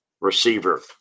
receiver